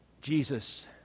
Jesus